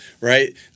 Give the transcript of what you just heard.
right